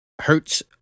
hurts